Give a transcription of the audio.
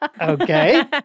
Okay